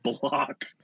block